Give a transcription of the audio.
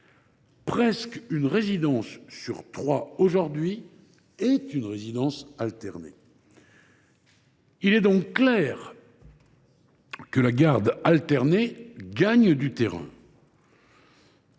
presque une résidence sur trois est une résidence alternée. Il est donc clair que la garde alternée gagne du terrain.